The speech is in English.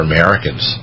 Americans